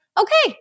Okay